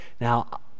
now